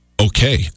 okay